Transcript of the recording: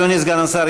אדוני סגן השר,